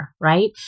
right